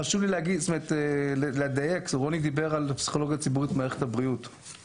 חשוב לי לדייק: רוני דיבר על פסיכולוגיה ציבורית במערכת הבריאות,